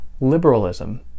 Liberalism